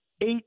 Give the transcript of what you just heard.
Eight